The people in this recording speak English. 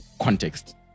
context